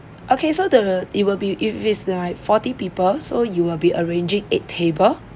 okay so the it will be it is like forty people so you will be arranging eight table